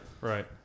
right